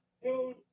dude